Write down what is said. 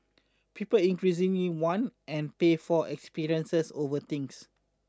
people increasingly want and pay for experiences over things